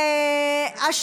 פיגועים.